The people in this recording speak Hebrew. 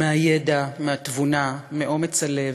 מהידע, מהתבונה ומאומץ הלב,